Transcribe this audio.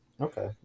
okay